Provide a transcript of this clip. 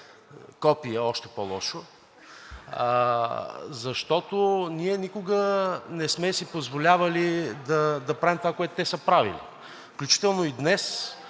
Копие още по-лошо. Защото ние никога не сме си позволявали да правим това, което те са правили, включително и днес.